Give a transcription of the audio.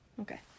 Okay